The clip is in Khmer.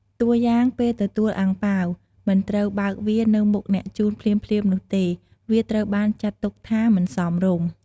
តួរយ៉ាងពេលទទួលអាំងប៉ាវ មិនត្រូវបើកវានៅមុខអ្នកជូនភ្លាមៗនោះទេ វាត្រូវបានចាត់ទុកថាមិនសមរម្យ។